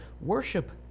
worship